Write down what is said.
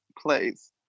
place